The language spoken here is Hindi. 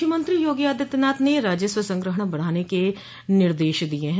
मुख्यमंत्री योगी आदित्यनाथ ने राजस्व संग्रहण बढ़ाने के निर्देश दिये हैं